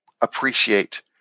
appreciate